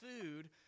food